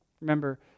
Remember